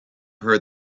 heard